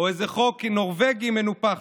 או איזה חוק נורבגי מנופח,